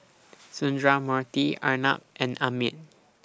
Sundramoorthy Arnab and Amit